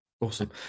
awesome